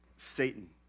Satan